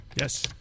Yes